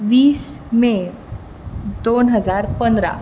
वीस मे दोन हजार पंदरा